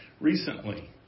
recently